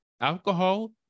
alcohol